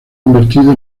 convertido